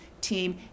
team